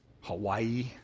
Hawaii